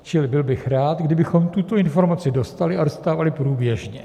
Čili bych byl rád, kdybychom tuto informaci dostali a dostávali průběžně.